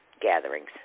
gatherings